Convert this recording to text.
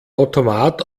automat